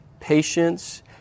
patience